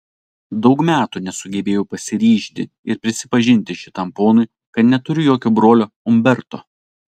daug metų nesugebėjau pasiryžti ir prisipažinti šitam ponui kad neturiu jokio brolio umberto